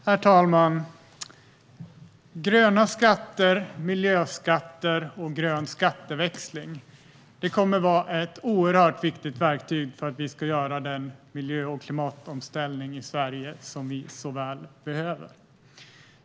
Herr talman! Gröna skatter, miljöskatter och grön skatteväxling kommer att vara oerhört viktiga verktyg för att vi ska kunna göra den miljö och klimatomställning i Sverige som vi så väl behöver.